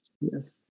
Yes